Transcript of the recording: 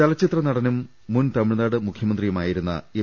ചലച്ചിത്ര നടനും മുൻ തമിഴ്നാട് മുഖ്യമന്ത്രി യുമായിരുന്ന എം